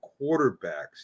quarterbacks